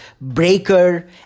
Breaker